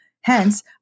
Hence